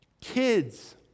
kids